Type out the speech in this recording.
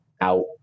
out